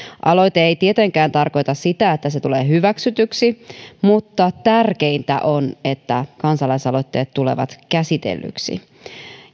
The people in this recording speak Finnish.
aloite ei tietenkään tarkoita sitä että se tulee hyväksytyksi mutta tärkeintä on että kansalaisaloitteet tulevat käsitellyiksi